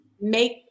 make